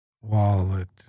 wallet